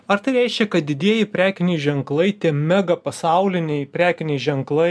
ar tai reiškia kad didieji prekiniai ženklai tie mega pasauliniai prekiniai ženklai